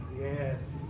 Yes